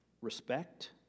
respect